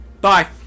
Bye